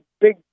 big